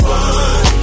one